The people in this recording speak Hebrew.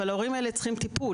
אבל אותם ההורים צריכים טיפול.